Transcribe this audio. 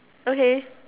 okay